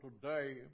today